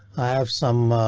i have some.